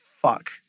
fuck